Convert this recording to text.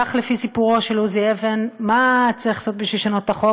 כך לפי סיפורו של עוזי אבן: מה צריך לעשות בשביל לשנות את החוק?